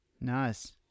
Nice